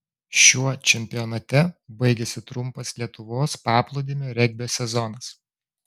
šiuo čempionate baigėsi trumpas lietuvos paplūdimio regbio sezonas